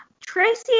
Tracy